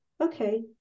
Okay